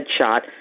headshot